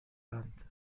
اند